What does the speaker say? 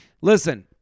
Listen